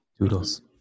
doodles